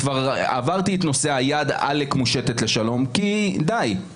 עברתי את נושא היד שכאילו מושטת לשלום כי די,